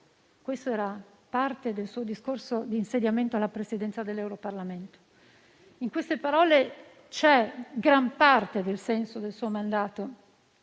Questo era parte del suo discorso di insediamento alla Presidenza dell'Europarlamento. In queste parole c'è gran parte del senso del suo mandato,